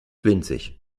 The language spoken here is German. winzig